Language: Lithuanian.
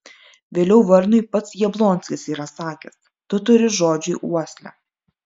vėliau varnui pats jablonskis yra sakęs tu turi žodžiui uoslę